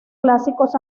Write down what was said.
clásicos